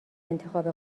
انتخاب